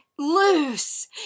Loose